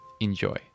Enjoy